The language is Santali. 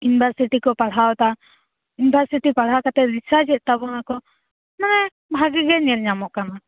ᱤᱭᱩᱱᱤᱵᱷᱟᱨᱥᱤᱴᱤ ᱠᱚ ᱯᱟᱲᱦᱟᱣ ᱮᱫᱟ ᱤᱭᱩᱱᱤᱵᱷᱟᱨᱥᱤᱴᱤ ᱯᱟᱲᱦᱟᱣ ᱠᱟᱛᱮ ᱨᱤᱥᱟᱨᱪᱮᱫ ᱛᱟᱵᱚᱱᱟ ᱠᱚ ᱢᱟᱱᱮ ᱻ ᱵᱷᱟᱜᱤᱜᱮ ᱧᱮᱞ ᱧᱟᱢᱚᱜ ᱠᱟᱱᱟ